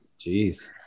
Jeez